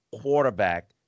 quarterback